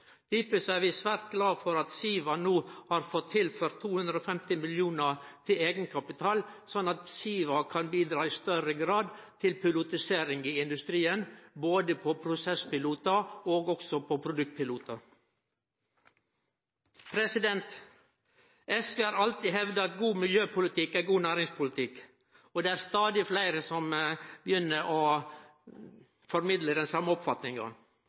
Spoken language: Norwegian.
er vi svært glade for at SIVA no har fått tilført 250 mill. kr i eigenkapital, slik at SIVA i større grad kan bidra til pilotisering i industrien, både på prosesspilotar og på produktpilotar. SV har alltid hevda at god miljøpolitikk er god næringspolitikk, og det er stadig fleire som begynner å formidle den same oppfatninga.